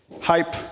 hype